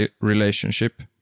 relationship